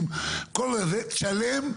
תשלם,